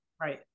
Right